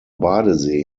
badesee